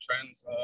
trends